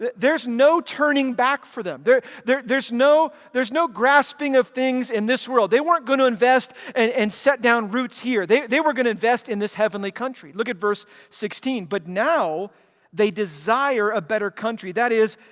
there's no turning back for them. there there there's no, there's no grasping of things in this world. they weren't going to invest and and set down roots here. they they were going to invest in this heavenly country. look at verse sixteen, but now they desire a better country, that is,